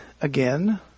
Again